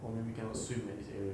or maybe cannot swim at this area